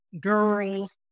girls